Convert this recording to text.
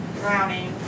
drowning